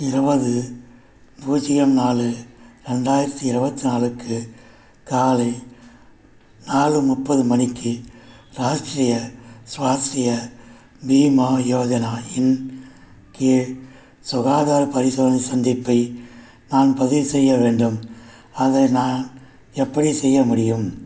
இருபது பூஜ்யம் நாலு ரெண்டாயிரத்தி இருபத்தி நாலுக்கு காலை நாலு முப்பது மணிக்கு ராஷ்ட்ரிய ஸ்வாஸ்ட்ரிய பீமா யோஜனா இன் கீழ் சுகாதார பரிசோதனை சந்திப்பை நான் பதிவு செய்ய வேண்டும் அதை நான் எப்படி செய்ய முடியும்